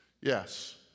yes